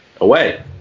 Away